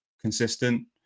consistent